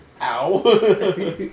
Ow